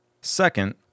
Second